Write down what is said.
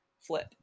flip